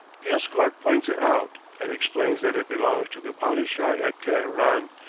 the escort points it out and explains that it belongs to the padishah at teheran,